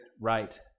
right